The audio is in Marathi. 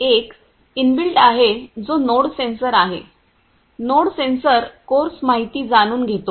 एक इनबिल्ट आहे जो नोड सेन्सर आहे नोड सेन्सर कोर्स माहिती जाणून घेतो